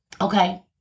Okay